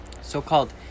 So-called